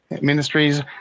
ministries